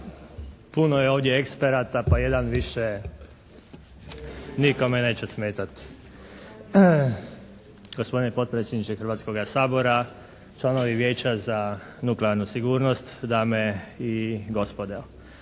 Puno je ovdje eksperata, pa jedan više nikome neće smetati. Gospodine potpredsjedniče Hrvatskoga sabora, članovi Vijeća za nuklearnu sigurnost, dame i gospodo.